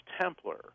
Templar